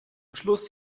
schluss